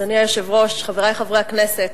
אדוני היושב-ראש, חברי חברי הכנסת,